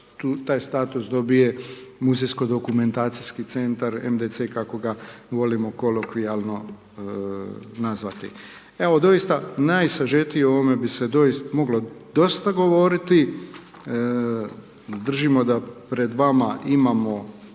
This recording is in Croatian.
taj status dobije muzejsko dokumentacijski centar, kako ga volimo kolokvijalno nazvati. Evo doista, najsažetije bi se o ovome moglo dosta govoriti. Držimo da pred vama imamo